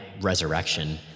resurrection